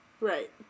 Right